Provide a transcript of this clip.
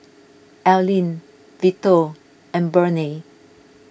Alene Vito and Burney